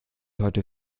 heute